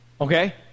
Okay